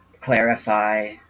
clarify